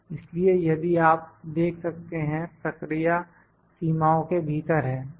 इसलिए यदि आप देख सकते हैं प्रक्रिया सीमाओं के भीतर है